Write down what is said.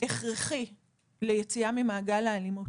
הכרחי ליציאה ממעגל האלימות.